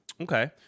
okay